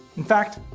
in fact,